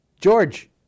George